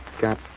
got